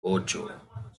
ocho